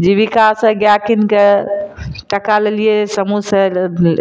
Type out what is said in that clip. जीबिका से गैआ कीनके टका लेलिऐ समूह से